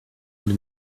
une